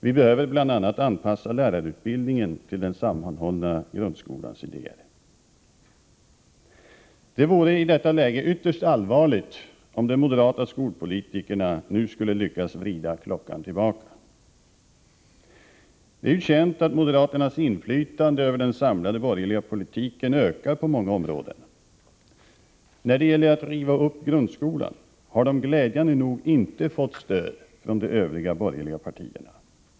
Vi behöver bl.a. anpassa lärarut bildningen till den sammanhållna grundskolans idéer. Det vore i detta läge ytterst allvarligt om de moderata skolpolitikerna nu skulle lyckas vrida klockan tillbaka. Det är ju känt att moderaternas inflytande över den samlade borgerliga politiken ökar på många områden. När det gäller att riva upp grundskolan har de glädjande nog inte fått stöd från de övriga borgerliga partierna.